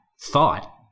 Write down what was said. thought